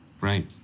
Right